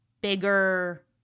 bigger